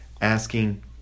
asking